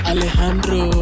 Alejandro